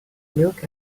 look